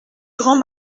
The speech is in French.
grand